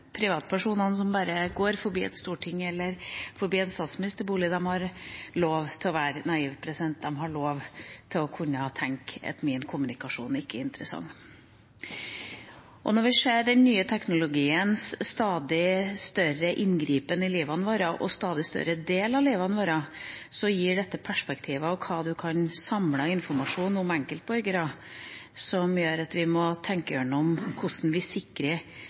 privatpersonene som bare går forbi Stortinget eller forbi statsministerboligen, har lov til å være naive, de har lov til å kunne tenke at deres kommunikasjon ikke er interessant. Når vi ser den nye teknologiens stadig større inngripen i livet vårt og stadig større del av livet vårt, gir dette perspektiver om hva en kan samle av informasjon om enkeltborgere, noe som gjør at vi må tenke igjennom hvordan vi sikrer